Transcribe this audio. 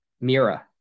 Mira